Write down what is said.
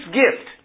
gift